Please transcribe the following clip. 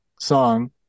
song